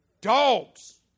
Dogs